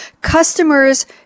Customers